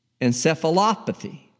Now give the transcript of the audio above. encephalopathy